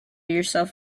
yourself